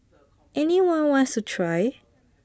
any one wants to try